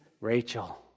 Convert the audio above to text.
Rachel